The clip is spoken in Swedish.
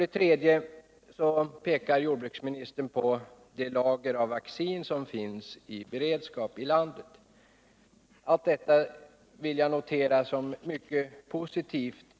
Slutligen pekar jordbruksministern på det lager av vaccin som finns i beredskap i vårt land. Alla dessa besked noterar jag mycket positivt.